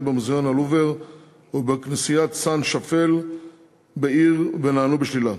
במוזיאון הלובר ובכנסיית סנט שאפל בעיר ונענו בשלילה.